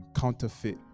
counterfeit